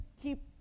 keep